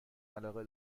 علاقه